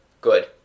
Good